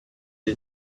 del